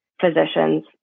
physicians